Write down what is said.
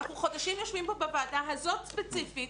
אנחנו חודשים יושבים פה בוועדה הזאת ספציפית.